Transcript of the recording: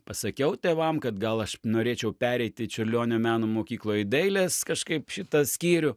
pasakiau tėvam kad gal aš norėčiau pereiti čiurlionio meno mokykloj dailės kažkaip šitą skyrių